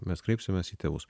mes kreipsimės į tėvus